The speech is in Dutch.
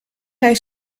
jij